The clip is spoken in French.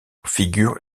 figure